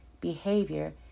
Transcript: behavior